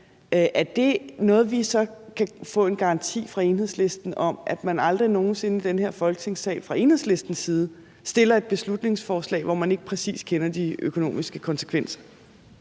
Er det noget, vi så kan få en garanti fra Enhedslisten om – altså at man aldrig nogen sinde i den her Folketingssal fra Enhedslistens side fremsætter et beslutningsforslag, hvor man ikke præcist kender de økonomiske konsekvenser?